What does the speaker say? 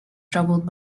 troubled